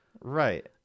Right